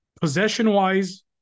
possession-wise